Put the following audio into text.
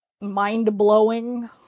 mind-blowing